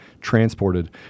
transported